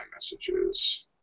messages